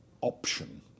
option